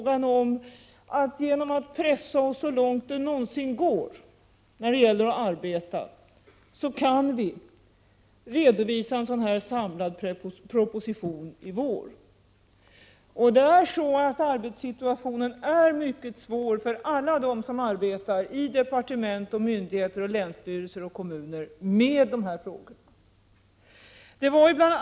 Genom att pressa oss så långt det går när det gäller att arbeta kan vi redovisa en samlad proposition i vår. Arbetssituationen är mycket svår för alla som arbetar i departement och i länsstyrelser och kommuner med de här frågorna. Bl.